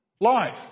life